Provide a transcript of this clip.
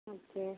okay